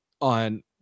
on